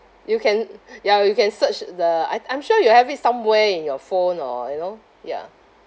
you can ya you can search the I I'm sure you have it somewhere in your phone or you know ya